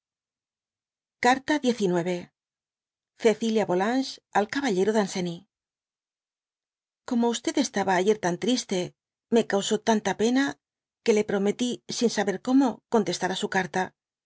carta xix cecilia volanges al caballero danceny ciomo estaba ayer tan triste me causó tanta pia que le prometí sin saber como contestar á su carta